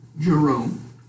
Jerome